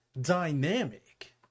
dynamic